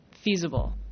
feasible